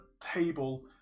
table